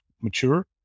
mature